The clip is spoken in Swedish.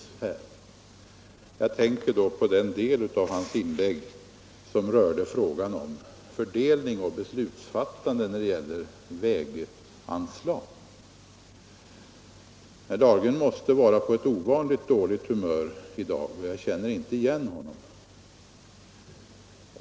Jag tänker då på den del av hans inlägg som rörde frågan om fördelningen av och beslutsfattandet om väganslagen. Herr Dahlgren måste vara på ett ovanligt dåligt humör i dag, jag känner inte igen honom.